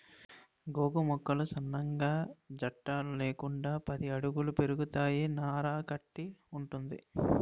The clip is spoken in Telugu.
గోగు మొక్కలు సన్నగా జట్టలు లేకుండా పది అడుగుల పెరుగుతాయి నార కట్టి వుంటది